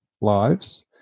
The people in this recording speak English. lives